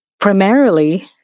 Primarily